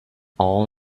all